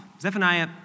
Zephaniah